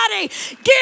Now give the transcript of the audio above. give